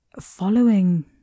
following